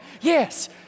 Yes